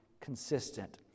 consistent